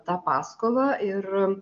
tą paskolą ir